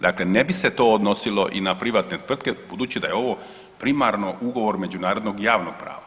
Dakle, ne bi se to odnosilo i na privatne tvrtke budući da je ovo primarno ugovor međunarodnog javnog prava.